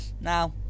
Now